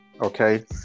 Okay